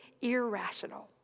irrational